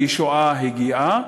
הישועה הגיעה,